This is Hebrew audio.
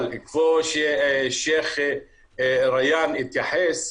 אבל כמו ששייח ריאן התייחס,